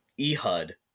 Ehud